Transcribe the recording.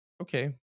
okay